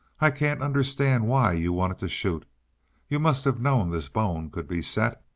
i can't understand why you wanted to shoot you must have known this bone could be set.